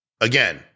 again